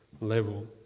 level